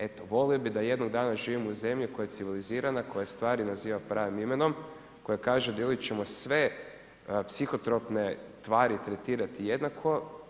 Eto, volio bi da jednog dana živim u zemlji koja je civilizirana, koja stvari naziva pravim imenom, koja kaže, dijeliti ćemo sve psihotropne tvari, tretirati jednako.